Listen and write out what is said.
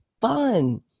fun